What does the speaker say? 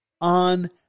on